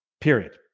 Period